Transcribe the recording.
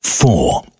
Four